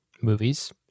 movies